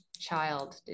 child